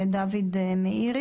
קוקאין וכו'.